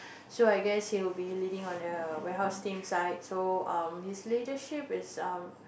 so I guess he will be leading on err warehouse team side so um his leadership is um